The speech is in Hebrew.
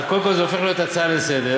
קודם כול זה הופך להיות הצעה לסדר-היום,